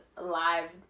live